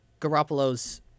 Garoppolo's